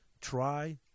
try